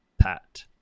Pat